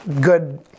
good